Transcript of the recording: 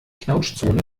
knautschzone